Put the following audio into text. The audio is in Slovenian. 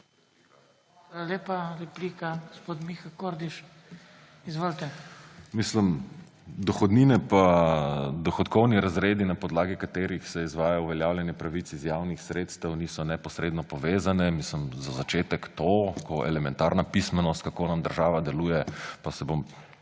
lepa. Replika. Gospod Miha Kordiš, izvolite. MIHA KORDIŠ (PS Levica): Dohodnine pa dohodkovni razredi, na podlagi katerih se izvaja uveljavljanje pravic iz javnih sredstev, niso neposredno povezane. Za začetek to. Elementarna pismenost, kako nam država deluje. Pa se bom